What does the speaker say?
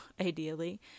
ideally